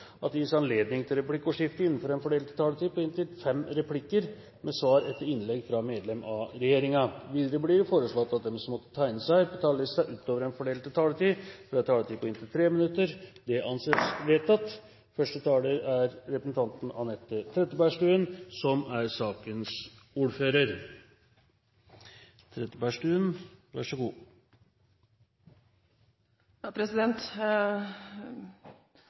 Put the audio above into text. at det gis anledning til replikkordskifte på inntil fem replikker med svar etter innlegg fra medlem av regjeringen innenfor den fordelte taletid. Videre blir det foreslått at de som måtte tegne seg på talerlisten utover den fordelte taletid, får en taletid på inntil 3 minutter. – Det anses vedtatt.